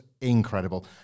incredible